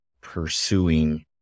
pursuing